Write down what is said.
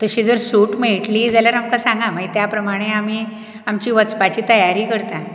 तशी जर सूट मेळटली जाल्यार आमकां सांगा मागीर त्या प्रमाणें आमी आमची वचपाची तयारी करतात